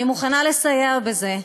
אני מוכנה לסייע בזה.